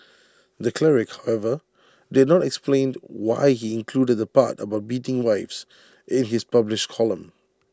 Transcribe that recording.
the cleric however did not explain why he included the part about beating wives in his published column